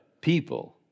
people